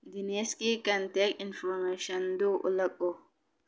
ꯗꯤꯅꯦꯁꯀꯤ contact ꯏꯟꯐꯣꯔꯃꯦꯁꯟꯗꯨ ꯎꯠꯂꯛꯎ